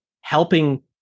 helping